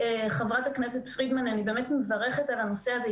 חברת הכנסת פרידמן, אני באמת מברכת על הדיון הזה.